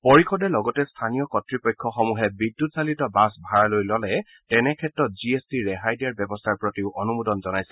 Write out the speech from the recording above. পৰিষদে লগতে স্থানীয় কৰ্তৃপক্ষসমূহে বিদ্যুৎ চালিত বাছ ভাৰালৈ ল'লে তেনে ক্ষেত্ৰত জি এছ টি ৰেহাই দিয়াৰ ব্যৱস্থাৰ প্ৰতিও অনুমোদন জনাইছে